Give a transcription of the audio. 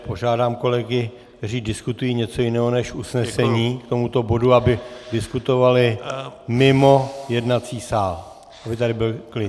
Požádám kolegy, kteří diskutují něco jiného než usnesení k tomuto bodu, aby diskutovali mimo jednací sál, aby tady byl klid.